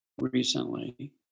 recently